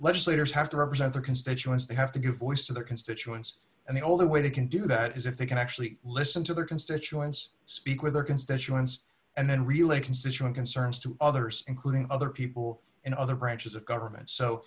legislators have to represent their constituents they have to give voice to their constituents and the only way they can do that is if they can actually listen to their constituents speak with their constituents and then relay constituent concerns to others including other people in other branches of government so